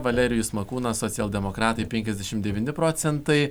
valerijus makūnas socialdemokratai penkiasdešimt devyni procentai